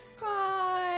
Bye